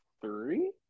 three